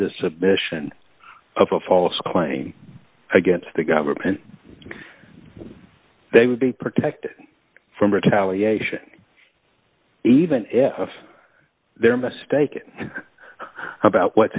the submission of a false claim against the government they would be protected from retaliation even if they're mistaken about what